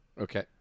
Okay